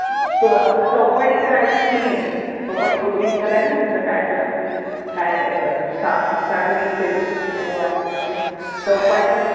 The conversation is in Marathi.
सो आता चौपाटी तर राहिलीच नाही आहे चौपाटी तो ब्रिज झाला आहे ना तुमचा काय त्याला तुम्ही काय सा सागरी सेतू काय तो आहे त्यामुळे चौपाटी